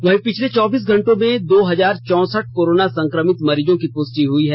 वहीं पिछले चौबीस घंटों में दो हजार चौंसठ कोरोना संक्रमित मरीजों की पुष्टि हुई है